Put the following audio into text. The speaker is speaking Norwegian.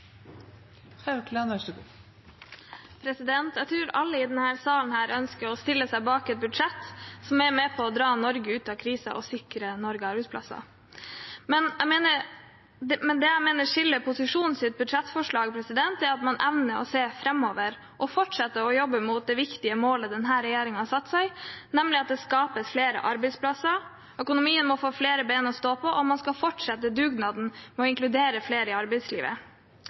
Jeg tror alle i denne salen ønsker å stille seg bak et budsjett som er med på å dra Norge ut av krisen og sikre Norge arbeidsplasser. Men det jeg mener skiller seg ut i posisjonens budsjettforslag, er at man evner å se framover og fortsette å jobbe mot det viktige målet denne regjeringen har satt seg, nemlig at det skapes flere arbeidsplasser, økonomien må få flere ben å stå på, og man skal fortsette dugnaden med å inkludere flere i arbeidslivet.